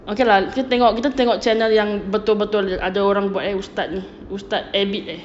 okay lah kita tengok kita tengok channel yang betul-betul ada orang buat eh ustaz ustaz ebit ah